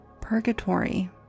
Purgatory